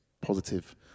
positive